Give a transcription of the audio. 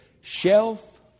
shelf